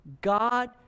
God